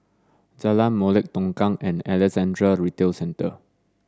Jalan Molek Tongkang and Alexandra Retail Centre